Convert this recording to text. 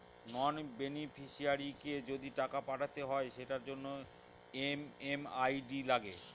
নন বেনিফিশিয়ারিকে যদি টাকা পাঠাতে হয় সেটার জন্য এম.এম.আই.ডি লাগে